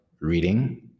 reading